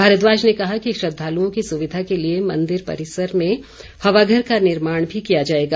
भारद्वाज ने कहा कि श्रद्दालुओं की सुविधा के लिए मंदिर परिसर में हवाघर का निर्माण भी किया जाएगा